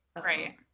Right